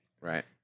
right